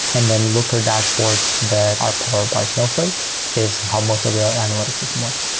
and then looker dashboards that are powered by snowflake is how most of the analytics system works.